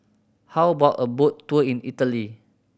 how about a boat tour in Italy